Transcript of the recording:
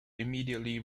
immediately